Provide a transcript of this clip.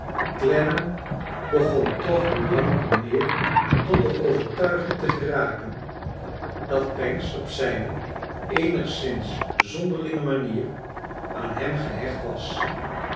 clennam beg on toch hoe langer hoe meer tot de overtuiging te geraken dat pancks op zijne eenigszins zonderling manier aan hem gehecht was